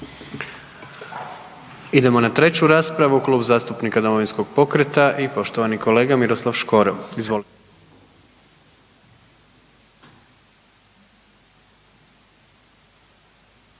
Idemo na treću raspravu, Klub zastupnika Domovinskog pokreta i poštovani kolega Miroslav Škoro.